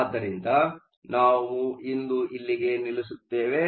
ಆದ್ದರಿಂದ ನಾವು ಇಂದು ಇಲ್ಲಿಗೆ ನಿಲ್ಲಿಸುತ್ತೇವೆ